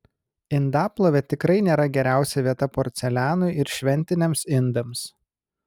indaplovė tikrai nėra geriausia vieta porcelianui ir šventiniams indams